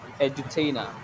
edutainer